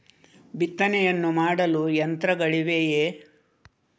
ಬಿತ್ತನೆಯನ್ನು ಮಾಡಲು ಯಂತ್ರಗಳಿವೆಯೇ?